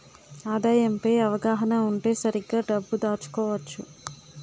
ఆదాయం పై అవగాహన ఉంటే సరిగ్గా డబ్బు దాచుకోవచ్చు